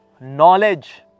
Knowledge